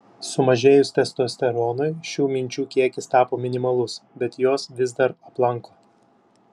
sumažėjus testosteronui šių minčių kiekis tapo minimalus bet jos vis dar aplanko